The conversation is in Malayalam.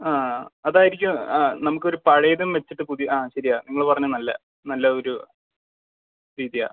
ആ അത് ആയിരിക്കും ആ നമുക്ക് ഒരു പഴയതും വെച്ചിട്ട് പുതിയ ആ ശരിയാണ് നിങ്ങൾ പറഞ്ഞത് നല്ലത് നല്ല ഒരു രീതിയാണ്